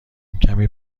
کمی